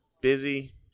busy